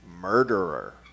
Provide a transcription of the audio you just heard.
murderer